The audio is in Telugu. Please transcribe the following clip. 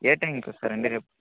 ఏ టైంకు వస్తారండి రేపు